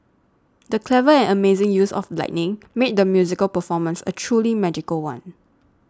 the clever and amazing use of lighting made the musical performance a truly magical one